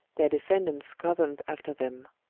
their descendants governed after them.